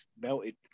Melted